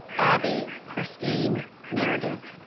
abby christine meredith